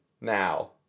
now